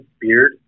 beard